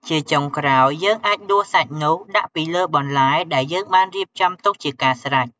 ជាចុងក្រោយ យើងអាចដួសសាច់នោះដាក់ពីលើបន្លែដែលយើងបានរៀបទុករួចជាការស្រេច។